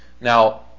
Now